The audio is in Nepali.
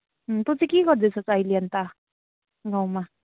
तँ चाहिँ के गर्दैछेस् अहिले अन्त गाउँमा